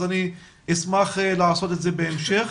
אשמח לעשות את זה בהמשך.